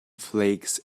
flakes